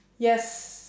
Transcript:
yes